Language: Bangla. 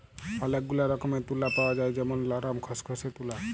ওলেক গুলা রকমের তুলা পাওয়া যায় যেমল লরম, খসখসে তুলা